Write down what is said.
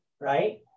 right